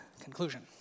conclusion